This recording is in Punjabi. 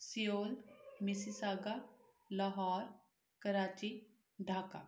Seoul Mississauga Lahore Karachi Dhaka